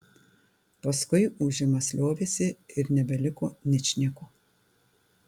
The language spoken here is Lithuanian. paskui ūžimas liovėsi ir nebeliko ničnieko